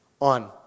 on